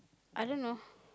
I don't know